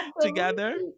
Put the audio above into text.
together